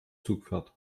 zugpferd